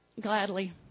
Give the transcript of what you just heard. gladly